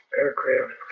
aircraft